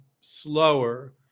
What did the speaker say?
slower